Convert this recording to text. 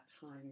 time